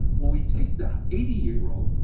when we take the eighty year old,